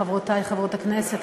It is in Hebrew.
חברותי חברות הכנסת,